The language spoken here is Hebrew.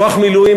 כוח מילואים,